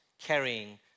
carrying